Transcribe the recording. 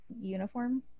uniform